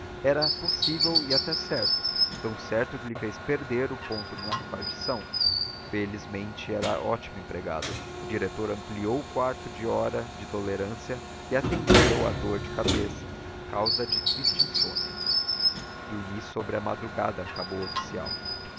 era possível e até certo tão certo que lhe fez perder o ponto da repartição felizmente era ótimo empregado o diretor ampliou o quarto de hora de tolerância e atendeu à dor de cabeça causa de triste insônia dormi sobre a madrugada acabou o oficial